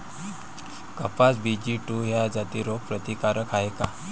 कपास BG two ह्या जाती रोग प्रतिकारक हाये का?